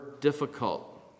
difficult